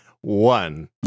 one